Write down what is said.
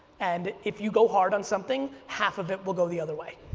and if you go hard on something, half of it will go the other way.